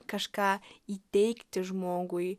kažką įteigti žmogui